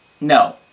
No